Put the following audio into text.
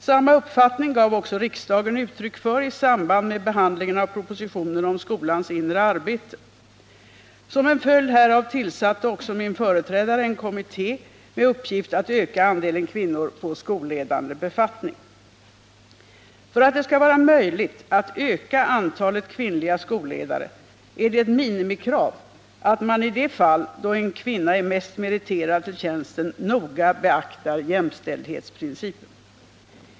Samma uppfattning gav också riksdagen uttryck för i samband med behandlingen av propositionen om skolans inre arbete m.m. Som en följd härav tillsatte också min företrädare en kommitté med uppgift att öka andelen kvinnor på skolledande befattning. För att det skall vara möjligt att öka antalet kvinnliga skolledare är det ett minimikrav att man i de fall då en kvinna är mest meriterad till tjänsten noga beaktar jämställdhetsprincipen.